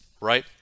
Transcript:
right